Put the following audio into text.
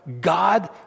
God